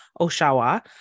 Oshawa